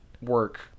work